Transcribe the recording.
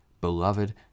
beloved